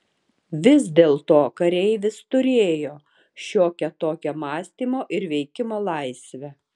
vis dėlto kareivis turėjo šiokią tokią mąstymo ir veikimo laisvę